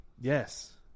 Yes